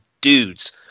dudes